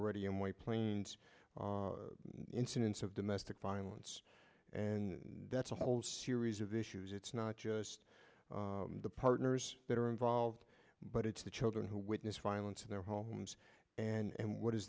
already in white plains incidents of domestic violence and that's a whole series of issues it's not just the partners that are involved but it's the children who witnessed violence in their homes and what